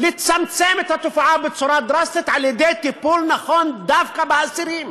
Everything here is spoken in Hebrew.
לצמצם את התופעה בצורה דרסטית על-ידי טיפול נכון דווקא באסירים,